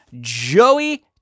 Joey